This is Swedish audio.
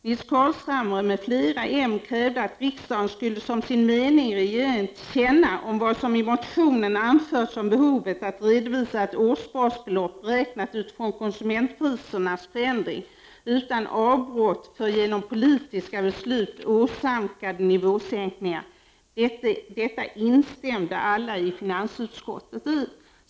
Nils Carlshamre m.fl. moderater krävde att riksdagen skulle som sin mening ge regeringen till känna vad som i motionen anförts om behovet att redovisa ett årsbasbelopp beräknat utifrån konsumentprisernas förändring och utan avbrott för genom politiska beslut åsamkade nivåsänkningar. Detta instämde alla i finansutskottet i.